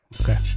Okay